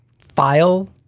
file